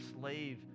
slave